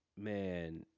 man